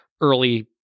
early